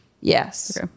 Yes